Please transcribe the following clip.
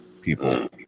people